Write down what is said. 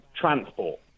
transport